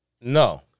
No